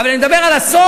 אבל אני מדבר על הסוף.